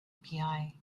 api